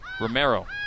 Romero